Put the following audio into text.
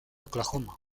oklahoma